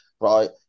right